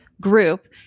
group